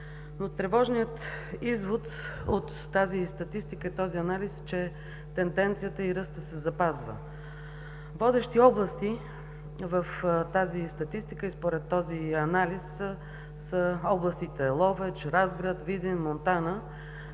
Но тревожният извод от тази статистика и този анализ е, че тенденцията и ръстът се запазват. Водещи области в тази статистика и според този анализ са областите Ловеч, Разград, Видин, Монтана,